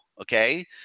Okay